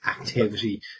activity